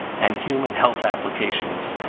and human health applications.